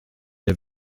der